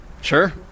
Sure